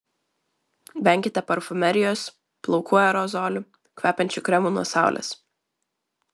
venkite parfumerijos plaukų aerozolių kvepiančių kremų nuo saulės